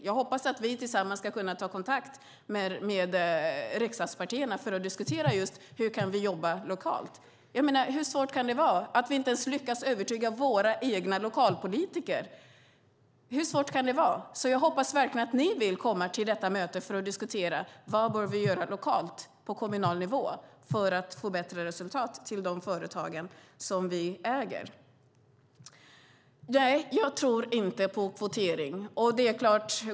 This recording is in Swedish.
Jag hoppas att vi tillsammans ska kunna ta kontakt med riksdagspartierna för att diskutera just hur vi kan jobba lokalt, när vi inte ens lyckas övertyga våra egna lokalpolitiker. Hur svårt kan det vara? Jag hoppas verkligen att ni vill komma till detta möte för att diskutera vad vi bör göra lokalt, på kommunal nivå, för att förbättra resultaten i de företag som vi äger. Nej, jag tror inte på kvotering.